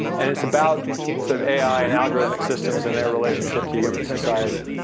and it's about sort of ai and algorithmic systems and their relationship to human society.